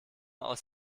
aus